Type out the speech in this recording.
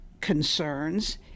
concerns